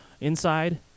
inside